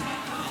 בבקשה.